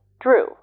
drew